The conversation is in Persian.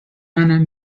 منم